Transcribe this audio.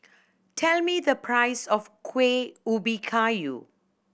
tell me the price of Kuih Ubi Kayu